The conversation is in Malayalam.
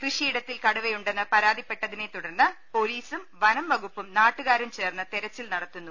കൃഷിയിടത്തിൽ കടുവയുണ്ടെന്ന് പരാതിപ്പെട്ട തിനെ തുടർന്ന് പോലീസും വനംവകുപ്പും നാട്ടുകാരും ചേർന്ന് തെരച്ചിൽ നടത്തുന്നു